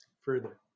further